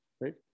Right